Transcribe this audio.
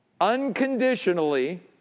unconditionally